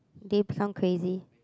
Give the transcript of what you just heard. they become crazy